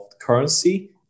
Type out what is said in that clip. currency